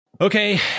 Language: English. Okay